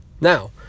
Now